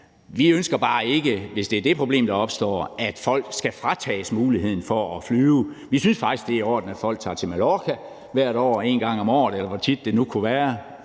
Vi ønsker bare ikke, hvis det er det problem, der opstår, at folk skal fratages muligheden for at flyve. Vi synes faktisk, det er i orden, at folk tager til Mallorca en gang om året, eller hvor tit det nu kunne være